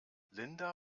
linda